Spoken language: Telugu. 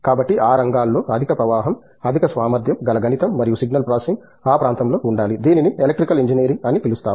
కాబట్టి ఆ రంగాల్లో అధిక ప్రవాహం అధిక సామర్థ్యం గల గణితం మరియు సిగ్నల్ ప్రాసెసింగ్ ఆ ప్రాంతంలో ఉండాలి దీనిని ఎలక్ట్రికల్ ఇంజనీరింగ్ అని పిలుస్తాము